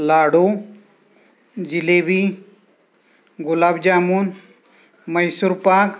लाडू jalebi gulab jamun Mysore pak